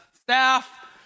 staff